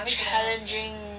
challenging